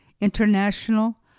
International